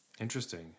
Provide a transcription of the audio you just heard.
Interesting